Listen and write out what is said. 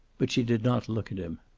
but she did not look at him.